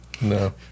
No